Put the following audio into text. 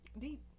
deep